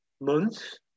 months